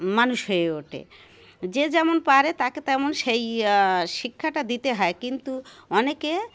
মানুষ হয়ে ওঠে যে যেমন পারে তাকে তেমন সেই শিক্ষাটা দিতে হয় কিন্তু অনেকে